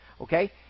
Okay